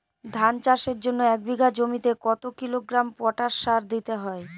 ধান চাষের জন্য এক বিঘা জমিতে কতো কিলোগ্রাম পটাশ সার দিতে হয়?